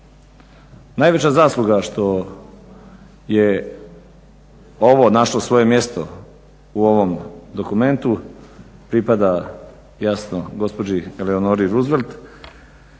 Najveća zasluga što je ovo našlo svoje mjesto u ovom dokumentu pripada jasno gospođi Eleonori Roosevelt.